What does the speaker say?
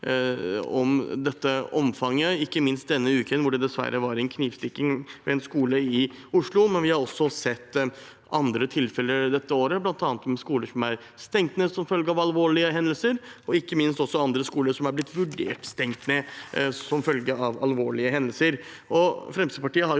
dette omfanget, ikke minst denne uken, hvor det dessverre var en knivstikking ved en skole i Oslo. Vi har også sett andre tilfeller dette året, bl.a. med skoler som har blitt stengt ned som følge av alvorlige hendelser, og andre skoler som har blitt vurdert stengt ned som følge av alvorlige hendelser. Fremskrittspartiet har